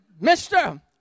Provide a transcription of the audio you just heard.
mister